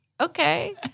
okay